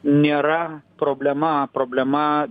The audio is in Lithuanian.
nėra problema problema